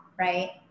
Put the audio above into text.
right